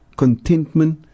contentment